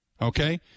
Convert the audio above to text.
okay